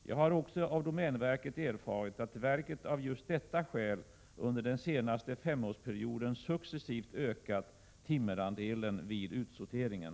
Jag har också av domänverket erfarit att verket av just detta skäl under den senaste femårsperioden successivt ökat timmerandelen vid utsorteringen.